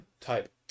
type